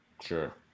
Sure